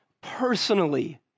personally